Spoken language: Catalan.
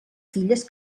filles